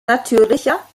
natürlicher